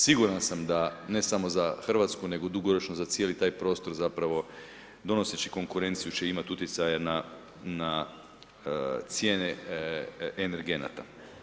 Siguran sam da ne samo za Hrvatsku nego dugoročno za cijeli taj prostor donoseći konkurenciju će imati utjecaja na cijene energenata.